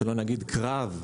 שלא נגיד קרב,